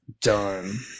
done